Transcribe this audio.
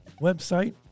website